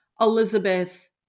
Elizabeth